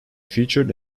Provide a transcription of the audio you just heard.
featured